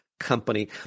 company